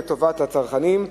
לטובת הצרכנים.